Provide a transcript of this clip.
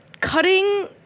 Cutting